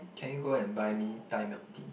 can you go and buy me Thai milk tea